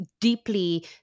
deeply